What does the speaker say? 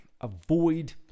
avoid